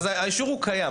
האישור קיים.